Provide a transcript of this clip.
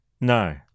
No